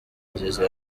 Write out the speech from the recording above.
nziza